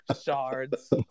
shards